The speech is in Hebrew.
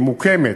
היא מוקמת,